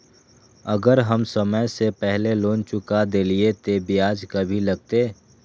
अगर हम समय से पहले लोन चुका देलीय ते ब्याज भी लगते?